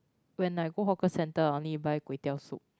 when I go hawker centre I only buy kway-teow soup